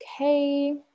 Okay